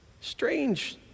strange